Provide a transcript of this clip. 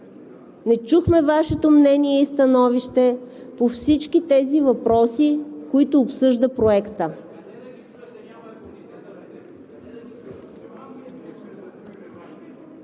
Не чухме Вашето мнение и становище по всички тези въпроси, които обсъжда Проектът.